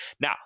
Now